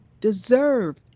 deserve